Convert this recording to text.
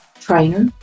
trainer